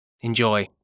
Enjoy